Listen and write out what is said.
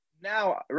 now